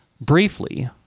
briefly